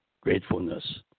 gratefulness